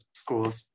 school's